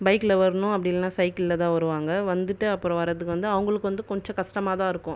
பைக்கில் வரணும் அப்படி இல்லைனா சைக்கிளில் தான் வருவாங்கள் வந்துட்டு அப்புறம் வரதுக்கு வந்து அவங்களுக்கு வந்து கொஞ்சம் கஷ்டமாக தான் இருக்கும்